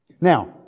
Now